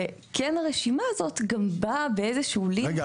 וכן הרשימה הזאת גם באה באיזה שהוא --- רגע,